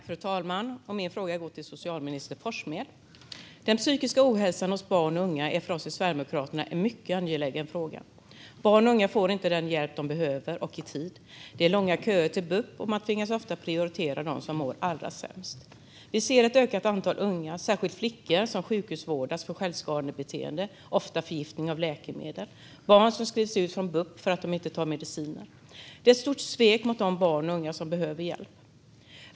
Fru talman! Min fråga går till socialminister Forssmed. Den psykiska ohälsan hos barn och unga är för oss i Sverigedemokraterna en mycket angelägen fråga. Barn och unga får inte den hjälp de behöver, och de får inte hjälp i tid. Det är långa köer till bup, och man tvingas ofta att prioritera dem som mår allra sämst. Vi ser ett ökat antal unga, särskilt flickor, som sjukhusvårdas för självskadebeteende - ofta förgiftning av läkemedel. Barn skrivs ut från bup för att de inte tar mediciner. Det är ett stort svek mot de barn och unga som behöver hjälp.